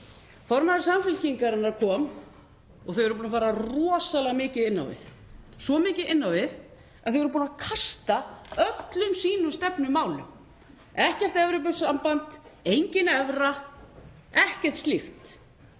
Formaður Samfylkingarinnar kom hér. Þau eru búin að fara rosalega mikið inn á við, svo mikið inn á við að þau eru búin að kasta öllum sínum stefnumálum; ekkert Evrópusamband, engin evra, ekkert slíkt.